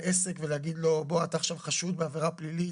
עסק ולהגיד לו: אתה עכשיו חשוד בעבירה פלילית,